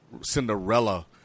Cinderella